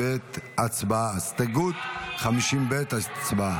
הסתייגות 50 ב' הצבעה.